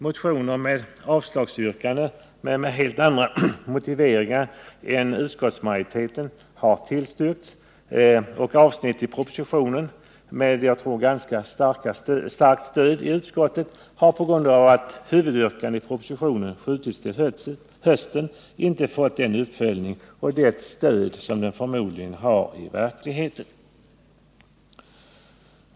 Motioner med avslagsyrkande, men med helt andra motiveringar än utskottsmajoritetens, har tillstyrkts, och avsnitt i propositionen med som jag tror ganska starkt stöd i utskottet har, på grund av att huvudyrkandet i propositionen skjutits till hösten, inte fått den uppföljning och det stöd som de förmodligen har i verkligheten.